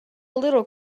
little